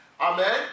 Amen